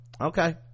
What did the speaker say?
okay